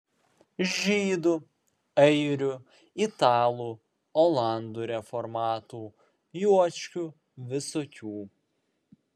žydų airių italų olandų reformatų juočkių visokių